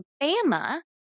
Alabama